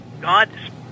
God